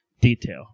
detail